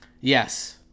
Yes